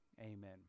amen